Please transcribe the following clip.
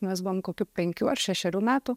mes buvome kokių penkių ar šešerių metų